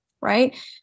right